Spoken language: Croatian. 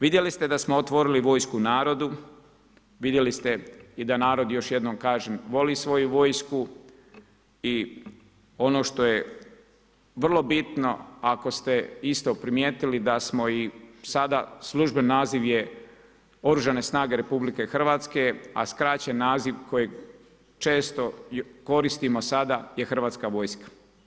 Vidjeli ste da smo otvorili vojsku narodu, vidjeli ste i da narod još jednom kažem, voli svoju vojsku i ono što je vrlo bitno ako ste isto primijetili da je sada službeni naziv Oružane snage RH, a skraćen naziv koji često koristimo sada je Hrvatska vojska.